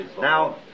Now